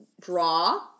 draw